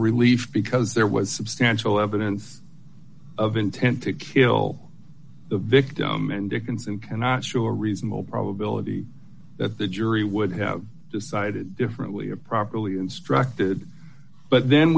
relief because there was substantial evidence of intent to kill the victim and dickinson cannot show a reasonable probability that the jury would have decided differently or properly instructed but then